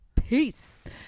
peace